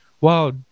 wow